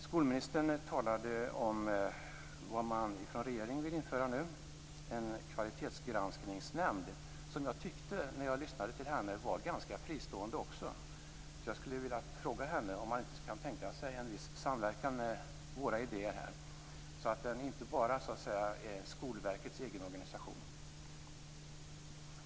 Skolministern talade om att regeringen ville införa en kvalitetsgranskningsnämnd. När jag lyssnade till henne fick jag intrycket att också den skulle vara ganska fristående. Jag hade velat fråga henne om man inte kan tänka sig en viss samverkan med våra idéer så att den inte bara är Skolverkets egen organisation.